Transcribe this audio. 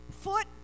Foot